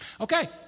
Okay